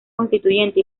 constituyente